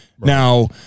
now